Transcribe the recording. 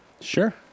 Sure